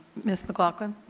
ms. mclaughlin.